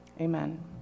Amen